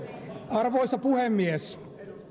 arvoisa puhemies